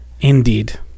Indeed